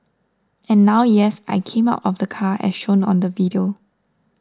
and now yes I came out of the car as shown on the video